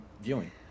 viewing